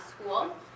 school